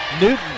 Newton